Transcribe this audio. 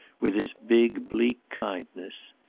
with his big bleak kindness!